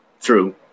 True